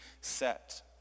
set